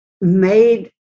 made